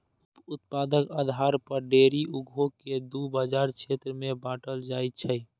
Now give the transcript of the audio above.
उप उत्पादक आधार पर डेयरी उद्योग कें दू बाजार क्षेत्र मे बांटल जाइ छै